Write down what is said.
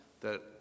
that-